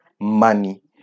money